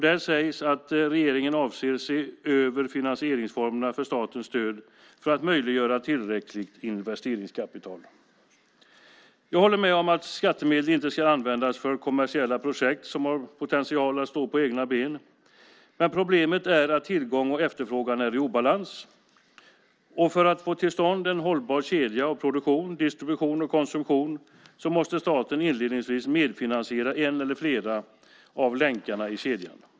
Där sägs att regeringen avser att se över finansieringsformerna för statens stöd för att möjliggöra tillräckligt investeringskapital. Jag håller med om att skattemedel inte ska användas för kommersiella projekt som har potential att stå på egna ben. Men problemet är att tillgång och efterfrågan är i obalans. För att få till stånd en hållbar kedja av produktion, distribution och konsumtion måste staten inledningsvis medfinansiera en eller flera av länkarna i kedjan.